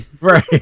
Right